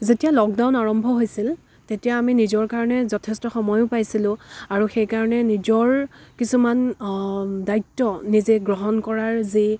যেতিয়া লকডাউন আৰম্ভ হৈছিল তেতিয়া আমি নিজৰ কাৰণে যথেষ্ট সময়ো পাইছিলোঁ আৰু সেইকাৰণে নিজৰ কিছুমান দায়িত্ব নিজে গ্ৰহণ কৰাৰ যি